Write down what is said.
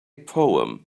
poem